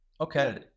okay